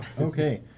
Okay